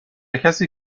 کسی